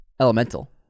Elemental